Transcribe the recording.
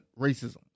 racism